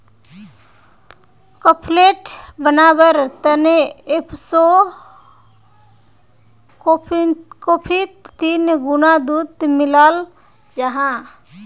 cafe latte बनवार तने espresso कोफ्फीत तीन गुणा दूध मिलाल जाहा